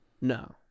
No